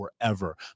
forever